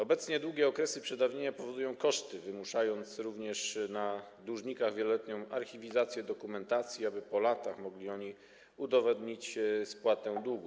Obecnie długie okresy przedawnienia powodują koszty, wymuszając również na dłużnikach wieloletnią archiwizację dokumentacji, aby po latach mogli oni udowodnić spłatę długu.